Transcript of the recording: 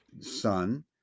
son